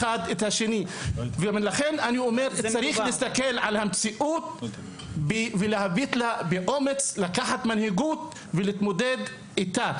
לכן אני חושב שצריך להסתכל על המציאות באומץ ובמנהיגות ולהתמודד בהתאם.